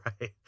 Right